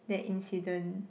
that incident